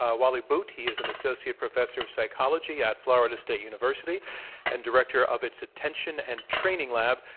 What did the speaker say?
ah wally boot. he is an associate professor of psychology at florida state university and director of its attention and training lab.